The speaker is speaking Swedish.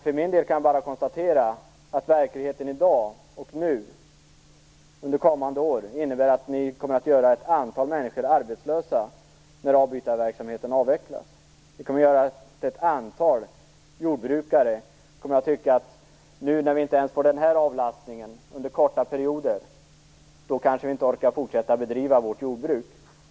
För min del kan jag bara konstatera att verkligheten i dag innebär att ni under kommande år kommer att göra ett antal människor arbetslösa när avbytarverksamheten avvecklas. Ni kommer att få ett antal jordbrukare att tänka: Nu när vi inte ens får den här avlastningen under korta perioder kanske vi inte orkar fortsätta driva vårt jordbruk.